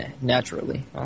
naturally